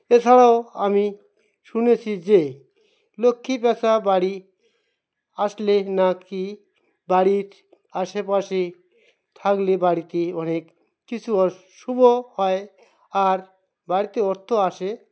এছাড়াও আমি শুনেছি যে লক্ষ্মী প্যাঁচা বাড়ি আসলে নাাকি বাড়ির আশেপাশে থাকলে বাড়িতে অনেক কিছু অ শুভ হয় আর বাড়িতে অর্থ আসে